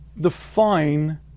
define